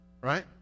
Right